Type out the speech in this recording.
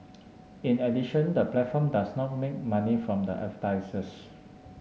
in addition the platform does not make money from the advertisers